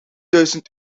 duizend